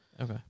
okay